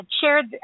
shared